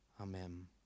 amen